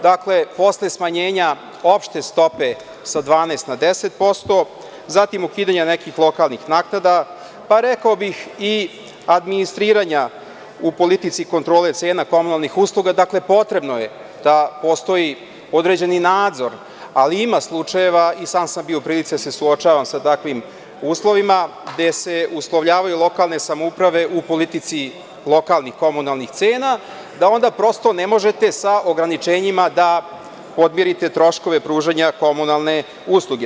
Dakle, posle smanjenja opšte stope sa 12% na 10%, zatim ukidanja nekih lokalnih naknada, pa rekao bih i administriranja u politici kontrole cena komunalnih usluga, dakle, potrebno je da postoji određeni nadzor, ali ima slučajeva, i sam sam bio u prilici da se suočavam sa takvim uslovima, gde se uslovljavaju lokalne samouprave u politici lokalnih komunalnih cena da onda prosto ne možete sa ograničenjima da podmirite troškove pružanja komunalne usluge.